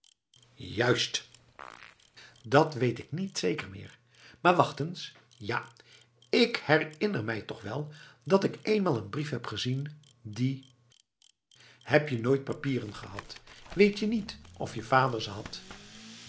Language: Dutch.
juist dat weet ik niet zeker meer maar wacht eens ja ik herinner mij toch wel dat ik eenmaal een brief heb gezien die heb je nooit papieren gehad weet je niet of je vader ze had